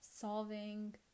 solving